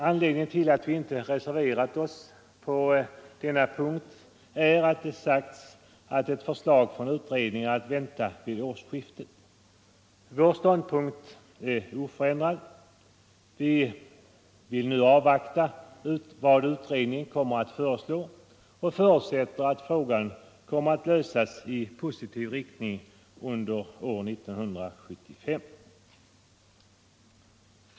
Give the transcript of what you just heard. Anledningen till att vi inte reserverat oss på denna punkt är att det har sagts att ett förslag från utredningen är att vänta vid årsskiftet. Vår ståndpunkt är oförändrad — vi vill nu avvakta vad utredningen kommer att föreslå, och vi förutsätter att frågan kommer att lösas i positiv riktning under 1975.